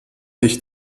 ich